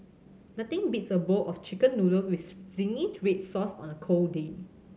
nothing beats a bowl of Chicken Noodles with zingy red sauce on a cold day